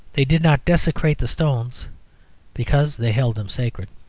they did not desecrate the stones because they held them sacred.